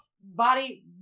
body